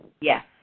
Yes